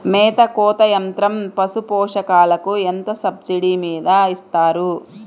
మేత కోత యంత్రం పశుపోషకాలకు ఎంత సబ్సిడీ మీద ఇస్తారు?